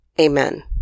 Amen